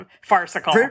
farcical